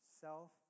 Self